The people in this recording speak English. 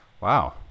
wow